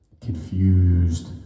confused